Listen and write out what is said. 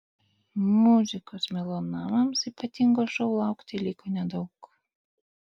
muzikos melomanams ypatingo šou laukti liko nedaug